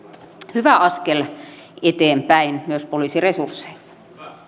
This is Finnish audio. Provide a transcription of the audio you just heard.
hyvä askel eteenpäin myös poliisiresursseissa